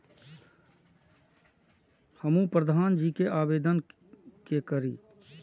हमू प्रधान जी के आवेदन के करी?